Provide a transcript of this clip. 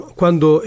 quando